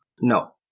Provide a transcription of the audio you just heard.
No